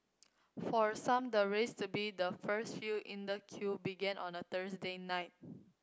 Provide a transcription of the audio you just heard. for some the race to be the first few in the queue began on the Thursday night